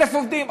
1,000 עובדים?